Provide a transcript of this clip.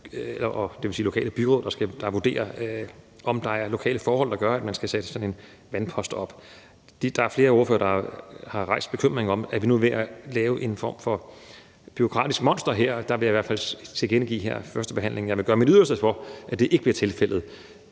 at det er lokale byråd, der skal vurdere, om der er lokale forhold, der gør, at man skal sætte sådan en vandpost op. Der er flere ordførere, der har rejst en bekymring om, om vi nu er ved at lave en form for bureaukratisk monster her, og der vil jeg i hvert fald tilkendegive her ved førstebehandlingen, at jeg vil gøre mit yderste for, at det ikke bliver tilfældet.